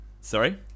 Sorry